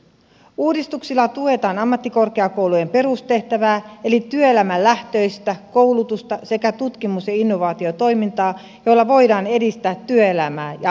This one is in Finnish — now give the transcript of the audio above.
uudistuksilla tuetaan ammattikorkeakoulujen perustehtävää eli työelämälähtöistä koulutusta sekä tutkimus ja innovaatiotoimintaa joilla voidaan edistää työelämää ja aluekehitystä